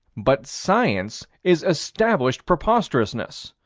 but science is established preposterousness.